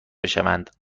بشوند